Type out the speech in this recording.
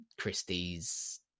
Christie's